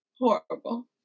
Horrible